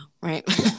Right